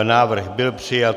Návrh byl přijat.